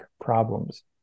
problems